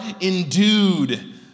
endued